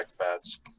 pads